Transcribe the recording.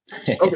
Okay